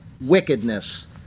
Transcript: wickedness